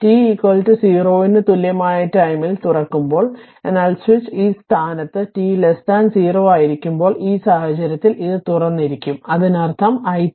switch t 0 ന് തുല്യമായ ടൈംൽ തുറക്കുക എന്നാൽ സ്വിച്ച് ഈ സ്ഥാനത്ത് t 0 ആയിരിക്കുമ്പോൾ ഈ സാഹചര്യത്തിൽ ഇത് തുറന്നിരിക്കും അതിനർത്ഥം i